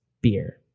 beer